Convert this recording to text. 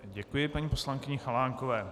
Děkuji paní poslankyni Chalánkové.